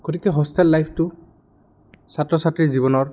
গতিকে হোষ্টেল লাইফটো ছাত্ৰ ছাত্ৰীৰ জীৱনৰ